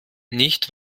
nicht